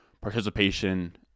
participation